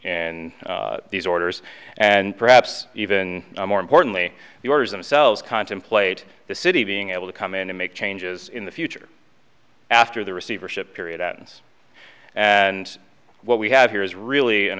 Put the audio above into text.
and these orders and perhaps even more importantly the orders themselves contemplate the city being able to come in and make changes in the future after the receivership period ends and what we have here is really an